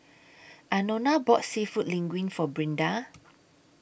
Anona bought Seafood Linguine For Brinda